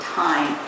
time